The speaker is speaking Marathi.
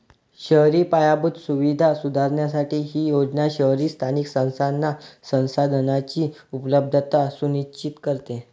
शहरी पायाभूत सुविधा सुधारण्यासाठी ही योजना शहरी स्थानिक संस्थांना संसाधनांची उपलब्धता सुनिश्चित करते